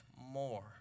more